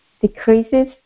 decreases